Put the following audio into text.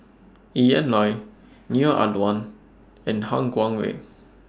Ian Loy Neo Ah Luan and Han Guangwei